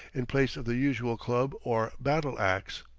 in place of the usual club or battle-axe.